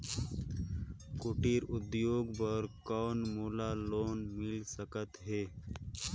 कुटीर उद्योग बर कौन मोला लोन मिल सकत हे?